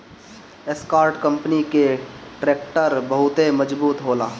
Escort company कअ tractor बहुते मजबूत होला